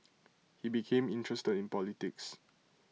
he became interested in politics